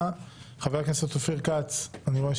1. הצעת חוק הנכים (תגמולים ושיקום) (תיקון מס' 31 והוראת שעה),